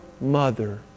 mother